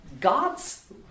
God's